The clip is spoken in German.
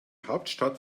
hauptstadt